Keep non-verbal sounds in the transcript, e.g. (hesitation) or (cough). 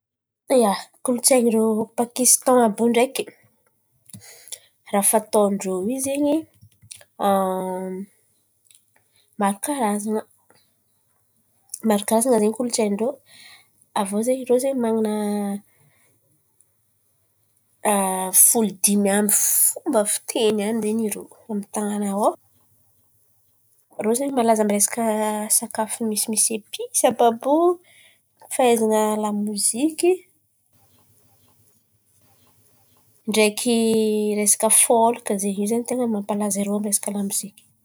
Ia, kolontsain̈y ndrô Pakisitan àby io ndreky, raha fatôn-drô io zen̈y. (hesitation) Maro karan̈a maro karazan̈a zen̈y kolontsain̈y ndrô. Avô zen̈y irô zen̈y manan̈a (hesitation) folo dimy amby fomba fiteny any zen̈y irô amin-tan̈àna ô. Irô zen̈y malaza resaka sakafo misy misy episy àby àby io. Fahaizan̈a lamoziky, ndreky resaka fôlka zen̈y in̈y ten̈a nampalaza irô resaka lamoziky.